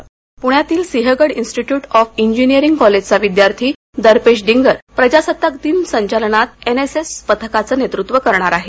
voice cast प्ण्यातील Sinhgad institute of engineering कॉलेजचा विद्यार्थी दर्पेश डिंगर प्रजासत्ताकदिन संचलनात एनएसएस पथकाचं नेतृत्व करणार आहे